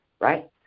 right